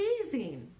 amazing